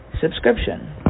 subscription